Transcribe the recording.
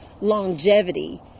longevity